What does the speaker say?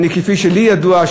כפי שלי ידוע,